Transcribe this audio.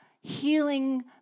healing